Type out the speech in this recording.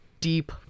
deep